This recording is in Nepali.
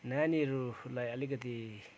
नानीहरूलाई अलिकति